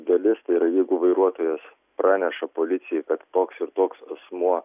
dalis tai yra jeigu vairuotojas praneša policijai kad toks ir toks asmuo